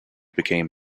became